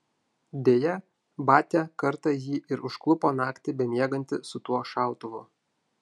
deja batia kartą jį ir užklupo naktį bemiegantį su tuo šautuvu